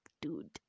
dude